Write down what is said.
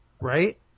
Right